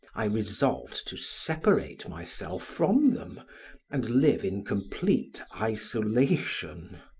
i resolved to separate myself from them and live in complete isolation.